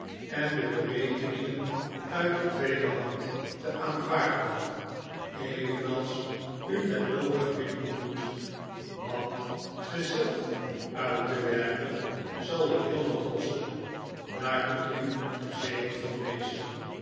en de berekeningen uit de tweede hand te aanvaarden evenals u met logarithmen doet want ze zelf uit te werken zal u heel wat kosten daar kunt u verzekerd van wezen